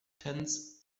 tents